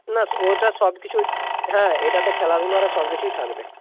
না ওইটা সব কিছুই হ্যাঁ এটাতে খেলাধুলা আর সবকিছুই থাকবে